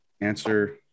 answer